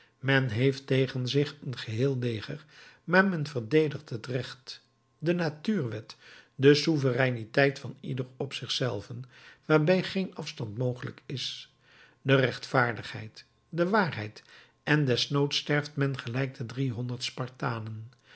men heeft tegen zich een geheel leger maar men verdedigt het recht de natuurwet de souvereiniteit van ieder op zich zelven waarbij geen afstand mogelijk is de rechtvaardigheid de waarheid en desnoods sterft men gelijk de driehonderd spartanen